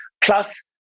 Plus